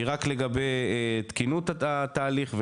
היא רק לגבי תקינות התהליך,